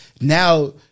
Now